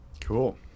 Cool